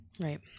Right